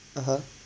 (uh huh)